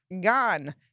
gone